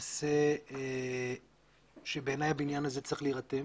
למעשה שבעיניי הבניין הזה צרים להירתם